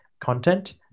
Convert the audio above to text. content